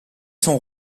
son